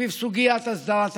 סביב סוגיית הסדרת הקבע.